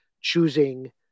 choosing